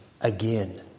again